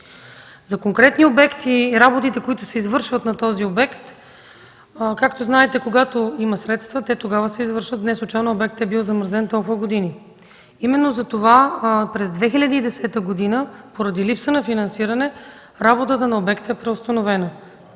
За конкретния обект и работите, които се извършват на този обект, както знаете, когато има средства, те тогава се извършват. Неслучайно обектът е бил замразен толкова години. Именно затова през 2010 г., поради липса на финансиране работата на обекта е преустановена.